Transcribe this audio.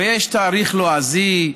הרי יש תאריך לועזי,